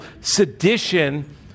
sedition